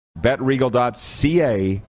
betregal.ca